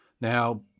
Now